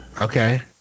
okay